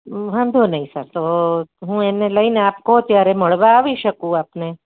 હં વાંધો નહીં સર તો હું એને લઇને આપ કહો ત્યારે મળવા આવી શકું આપને